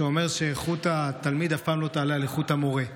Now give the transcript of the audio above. שאומר שאיכות התלמיד אף פעם לא תעלה על איכות המורה.